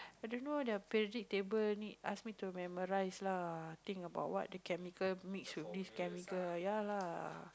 i don't know the periodic table need ask me to memorize lah think about what the chemical mix with this chemical ya lah